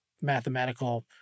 mathematical